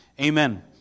amen